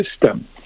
system